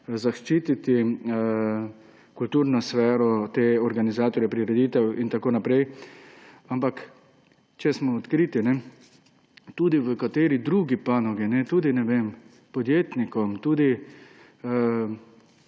zaščititi kulturno sfero, te organizatorja prireditev in tako naprej. Ampak, če smo odkriti, tudi v kateri drugi panogi, tudi podjetnikom, tudi